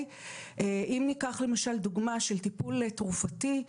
אם ניקח למשל דוגמה של טיפול תרופתי,